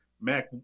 Mac